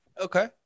Okay